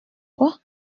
quoi